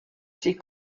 ses